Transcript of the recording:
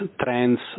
trends